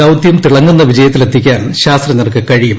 ദൌത്യം തിളങ്ങുന്ന വിജയത്തിലെത്തിക്കാൻ ശാസ്ത്രജ്ഞർക്ക് കഴിയും